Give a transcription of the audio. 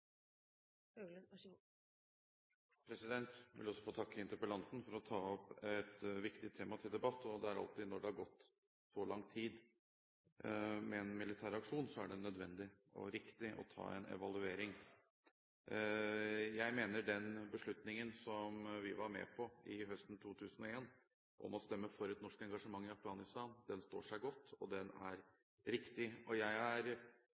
vil også få takke interpellanten for å ta opp et viktig tema til debatt. Det er alltid nødvendig og riktig å ha en evaluering når en militæraksjon har pågått over så lang tid. Jeg mener at den beslutningen som vi var med på høsten 2001, om å stemme for et norsk engasjement i Afghanistan, står seg godt, og at den var riktig. Jeg mener ikke minst den var riktig fordi Afghanistan ikke lenger er